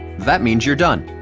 that means you're done.